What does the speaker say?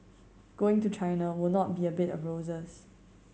going to China will not be a bed of roses